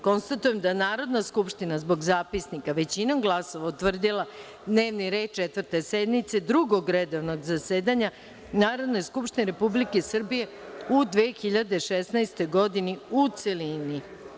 Konstatujem da je Narodna skupština, zbog zapisnika, većinom glasova, utvrdila dnevni red Četvrte sednice Drugog redovnog zasedanja Narodne skupštine Republike Srbije u 2016. godini, u celini.